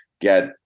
get